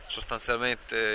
Sostanzialmente